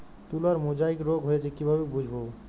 তুলার মোজাইক রোগ হয়েছে কিভাবে বুঝবো?